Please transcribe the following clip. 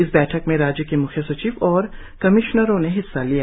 इस बैठक में राज्य के म्ख्य सचिव और कमिश्नरों ने हिस्सा लिया